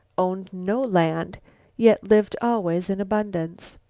owned no land yet lived always in abundance.